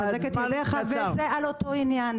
אני רוצה לחזק את ידיך על אותו עניין.